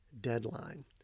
deadline